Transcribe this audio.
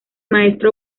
maestro